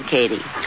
Katie